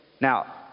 Now